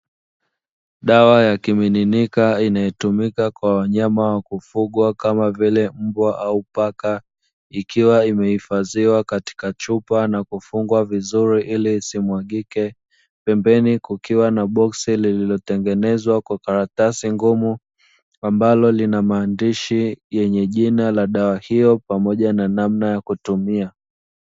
Dawa ya kimiminika inayotumika kwa wanyama wa kufugwa kama vile mbwa au paka, ikiwa imehifadhiwa katika chupa na kufungwa vizuri ili isimwagike. Pembeni kukiwa na boksi lililotengenezwa kwa karatasi ngumu ambalo lina maandishi yenye jina ya dawa hiyo pamoja na namna ya kutumia.